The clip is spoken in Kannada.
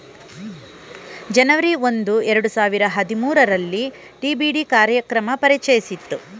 ಜನವರಿ ಒಂದು ಎರಡು ಸಾವಿರದ ಹದಿಮೂರುರಲ್ಲಿ ಡಿ.ಬಿ.ಡಿ ಕಾರ್ಯಕ್ರಮ ಪರಿಚಯಿಸಿತು